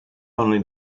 only